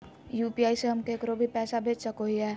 UPI से हम केकरो भी पैसा भेज सको हियै?